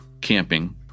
camping